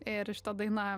ir šita daina